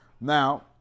Now